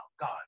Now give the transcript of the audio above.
God